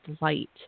light